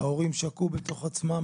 ההורים שקעו בתוך עצמם,